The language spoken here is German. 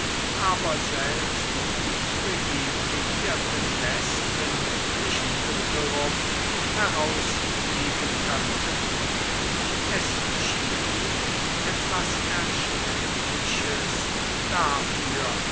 aber selbst die privilegierten wespen nicht ungerupft heraus fliegen könnten es schien ihm etwas erschreckliches dafür